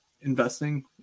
investing